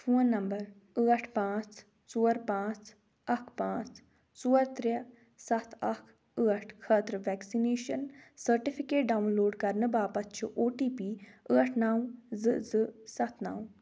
phone number ٲٹھ پانٛژھ ژور پانٛژھ اکھ پانٛژھ ژور ترٛےٚ سَتھ اکھ ٲٹھ خٲطرٕ ویکسِنیشن سرٹِفکیٹ ڈاوُن لوڈ کرنہٕ باپتھ چھُ او ٹی پی ٲٹھ نو زٕ زٕ سَتھ نو